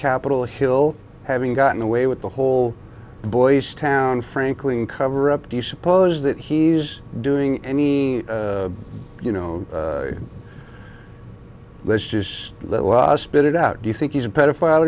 capitol hill having gotten away with the whole boy's town franklin cover up do you suppose that he's doing any you know let's just let law spit it out do you think he's a pedophile